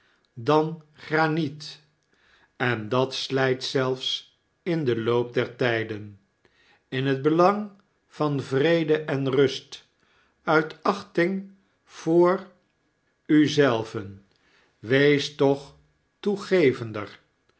dan graniet en dat slijt zelfs in den loop der tpen in het belang van vrede en rust uit achting voor u zelven wees toch toegevender